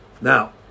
Now